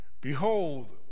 Behold